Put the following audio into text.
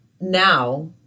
now